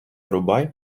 рубай